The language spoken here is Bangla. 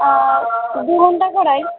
ও দু ঘন্টা পড়ায়